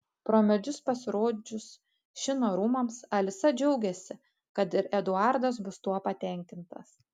pro medžius pasirodžius šino rūmams alisa džiaugiasi kad ir eduardas bus tuo patenkintas